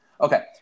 Okay